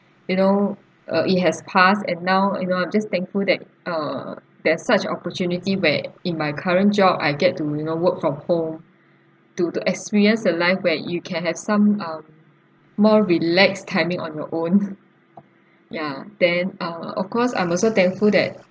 you know ah it has passed and now you know I'm just thankful that uh there's such opportunity where in my current job I get to you know work from home to to experience the life where you can have some um more relax timing on your own ya then uh of course I'm also thankful that